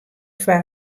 foar